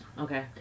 Okay